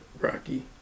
Rocky